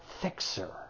fixer